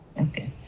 Okay